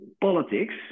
politics